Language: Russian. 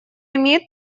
имеет